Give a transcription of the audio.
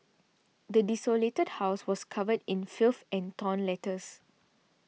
the desolated house was covered in filth and torn letters